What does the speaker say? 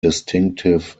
distinctive